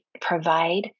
provide